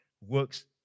works